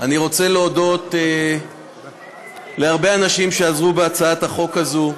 אני רוצה להודות להרבה אנשים שעזרו בהצעת החוק הזאת.